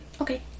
okay